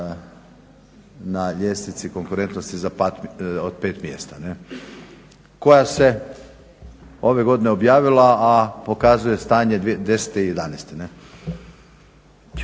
na ljestvici konkurentnosti za pad od 5 mjesta koja se ove godine objavila, a pokazuje stanje 2010. i 2011.